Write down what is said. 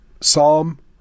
Psalm